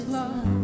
love